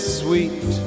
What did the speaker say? sweet